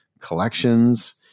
collections